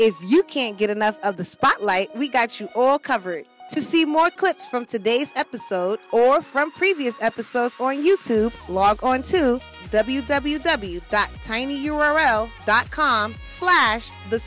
if you can't get enough of the spotlight we got you all covered to see more clips from today's episode or from previous episodes for you to log on to w w w tiny u r l dot com slash the